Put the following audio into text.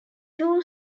two